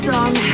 Song